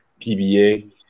PBA